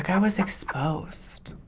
guy was exposed.